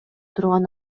турган